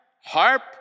harp